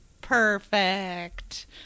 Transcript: Perfect